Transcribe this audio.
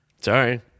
Sorry